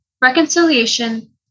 reconciliation